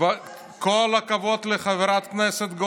--- על הסגנים?